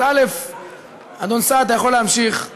אז אדון סעד, אתה יכול להמשיך.